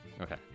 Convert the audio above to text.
Okay